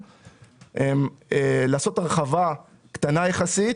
לעשות הרחבה קטנה יחסית